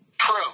true